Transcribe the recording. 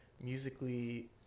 musically